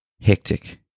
hectic